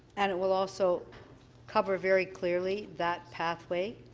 and it will also cover very clearly that pathway?